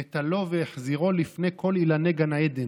נטלו והחזירו לפני כל אילני גן עדן,